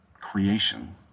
creation